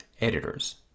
editors